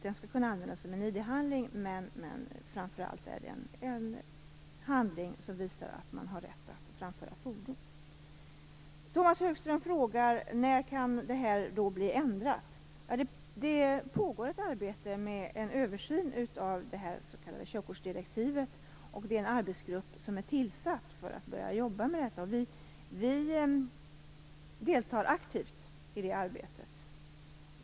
Det skall kunna användas som en ID-handling och framför allt är det en handling som visar att man har rätt att framföra fordon. Tomas Högström frågade när man kan vänta sig en förändring. Ja, det pågår ett arbete med en översyn av körkortsdirektivet, och en arbetsgrupp har tillsatts för att börja jobba med frågan. Vi deltar aktivt i det arbetet.